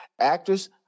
actress